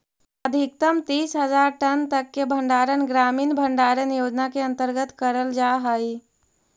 अधिकतम तीस हज़ार टन तक के भंडारण ग्रामीण भंडारण योजना के अंतर्गत करल जा हई